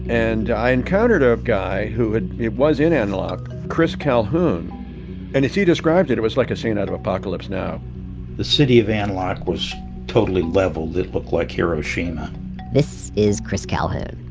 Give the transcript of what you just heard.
and i encountered ah a guy who and was in an loc chris calhoon and as he described it, it was like a scene out of apocalypse now the city of an loc was totally leveled. it looked like hiroshima this is chris calhoon.